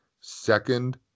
second